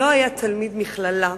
לא היה תלמיד מכללה.